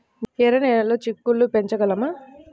ఎర్ర నెలలో చిక్కుళ్ళు పెంచగలమా?